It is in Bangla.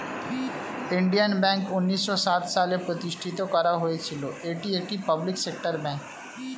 ইন্ডিয়ান ব্যাঙ্ক উন্নিশো সাত সালে প্রতিষ্ঠিত করা হয়েছিল, এটি একটি পাবলিক সেক্টর ব্যাঙ্ক